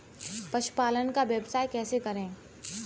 पशुपालन का व्यवसाय कैसे करें?